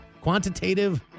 Quantitative